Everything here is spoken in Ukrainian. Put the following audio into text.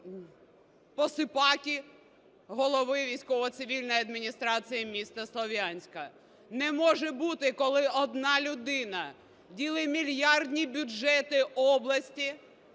посіпаки голови військово-цивільної адміністрації міста Слов'янська. Не може бути, коли одна людина ділить мільярдні бюджети області,